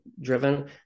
driven